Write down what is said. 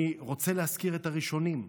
אני רוצה להזכיר את הראשונים,